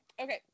Okay